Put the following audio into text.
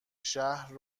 شهر